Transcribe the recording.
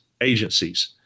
agencies